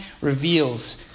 reveals